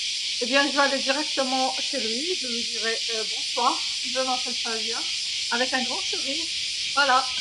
حسنًا سأذهب مباشرة إلى منزله، سأقول له مساء الخير، اسمي ساليا، بابتسامة كبيرة، هذا كل شيء.